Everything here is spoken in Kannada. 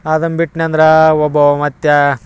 ಅದನ್ನು ಬಿಟ್ನ್ಯಂದ್ರೆ ಒಬ್ಬ ಮತ್ತು